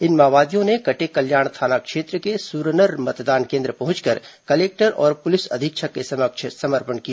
इन माओवादियों ने कटेकल्याण थाना क्षेत्र के सूरनर मतदान केन्द्र पहुंचकर कलेक्टर और पुलिस अधीक्षक के समक्ष समर्पण किया